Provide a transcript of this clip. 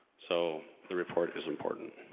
so. the report is important.